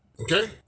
Okay